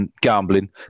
Gambling